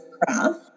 craft